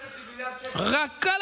1.5 מיליארד שקל תוספתי.